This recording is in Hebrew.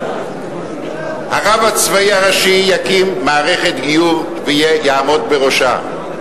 הרב הצבאי הראשי יקים מערכת גיור ויעמוד בראשה,